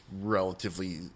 relatively